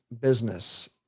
business